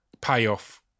payoff